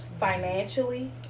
financially